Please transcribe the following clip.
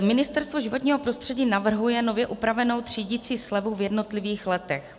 Ministerstvo životního prostředí navrhuje nově upravenou třídicí slevu v jednotlivých letech.